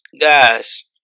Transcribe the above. guys